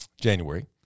January